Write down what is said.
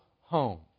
home